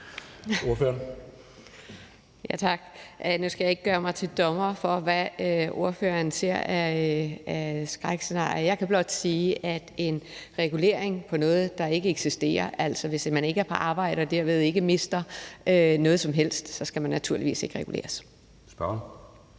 Tak. Nu skal jeg ikke gøre mig til dommer over, hvad ordføreren ser af skrækscenarier. Jeg kan blot sige, at der tales omen regulering på noget, der ikke eksisterer. Altså, hvis man ikke er på arbejde og derved ikke mister noget som helst, skal der naturligvis ikke reguleres. Kl.